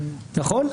נכון?